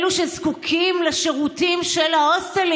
אלו שזקוקים לשירותים של ההוסטלים?